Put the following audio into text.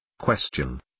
Question